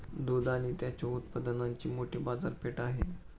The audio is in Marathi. दूध आणि त्याच्या उत्पादनांची मोठी बाजारपेठ आहे